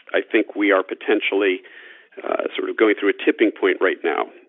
i think we are potentially sort of going through a tipping point right now